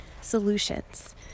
solutions